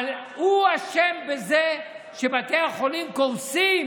אבל הוא אשם בזה שבתי החולים קורסים.